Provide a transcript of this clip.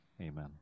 amen